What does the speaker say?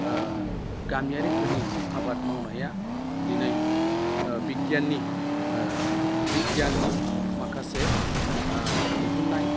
गामियारिफोरनि आबाद मावनाया दिनै बिगियाननि बिगियाननि माखासे दिहुननाय